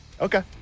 Okay